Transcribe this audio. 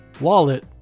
wallet